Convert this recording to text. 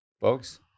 folks